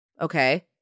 Okay